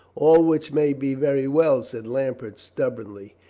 all which may be very well, said lambert stub bornly.